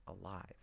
alive